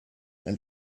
and